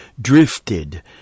drifted